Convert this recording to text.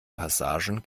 passagen